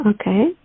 Okay